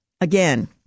again